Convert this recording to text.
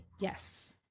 Yes